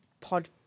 pod